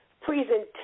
presentation